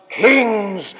kings